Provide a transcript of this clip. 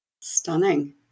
Stunning